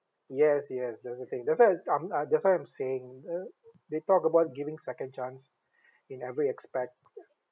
yes yes that's the thing that's why uh um uh that's why I'm saying uh they talk about giving second chance in every aspect